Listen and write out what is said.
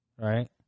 right